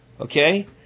Okay